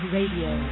Radio